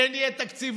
כן יהיה תקציב,